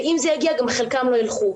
ואם זה יגיע גם חלקם לא יילכו,